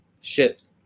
shift